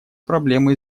проблемы